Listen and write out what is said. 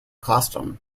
costume